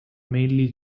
mainly